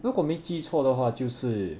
如果没记错的话就是